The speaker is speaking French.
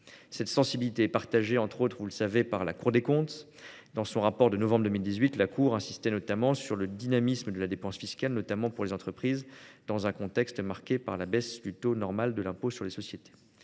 Cette sensibilité est partagée, entre autres, par la Cour des comptes. Comme vous le savez, dans son rapport de novembre 2018, la Cour insistait sur le dynamisme de la dépense fiscale, notamment pour les entreprises, dans un contexte marqué par la baisse du taux normal de l'impôt sur les sociétés.